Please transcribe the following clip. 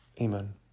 Amen